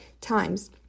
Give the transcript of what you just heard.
times